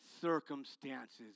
circumstances